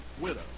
widow